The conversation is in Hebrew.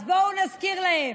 אז בואו נזכיר להם: